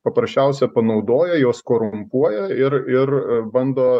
paprasčiausia panaudoja juos korumpuoja ir ir bando